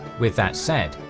with that said,